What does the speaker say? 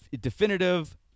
definitive